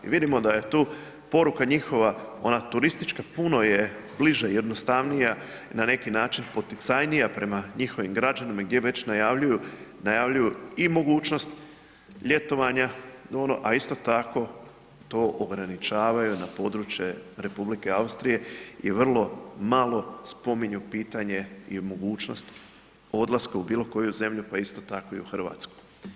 I vidimo da je tu poruka njihova ona turistička, puno je bliža i jednostavnija i na neki način poticajnija prema njihovim građanima gdje već najavljuju i mogućnost ljetovanja a isto tako to ograničavaju na područje Republike Austrije i vrlo malo spominju pitanje i mogućnost odlaska u bilokoju zemlju pa isto tako i u Hrvatsku.